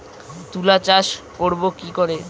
তুলা চাষ করব কি করে?